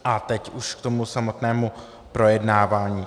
A teď už k tomu samotnému projednávání.